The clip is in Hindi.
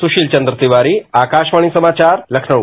सुशील चन्द्र तिवारी आकाशवाणी समाचार लखनऊ